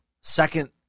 second